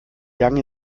gang